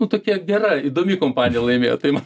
nu tokia gera įdomi kompanija laimėjo tai man